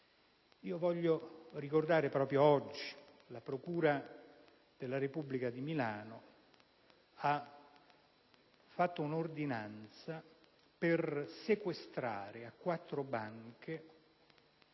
Voglio ricordare che proprio oggi la procura della Repubblica di Milano ha emesso un'ordinanza per sequestrare a quattro banche